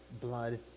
blood